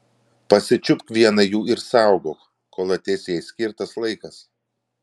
pasičiupk vieną jų ir saugok kol ateis jai skirtas laikas